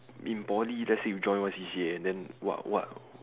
in poly let's say you join one C_C_A then what what